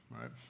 right